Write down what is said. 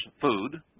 food